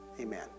Amen